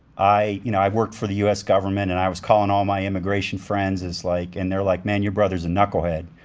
i you know i worked for the u s. government, and i was calling all my immigration friends, like and they're like, man, your brother's a knucklehead.